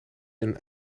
een